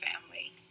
family